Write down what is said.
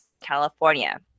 California